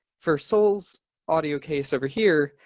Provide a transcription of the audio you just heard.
for soul's audio case over here,